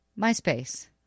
MySpace